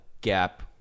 gap